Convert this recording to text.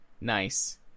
nice